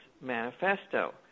manifesto